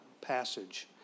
passage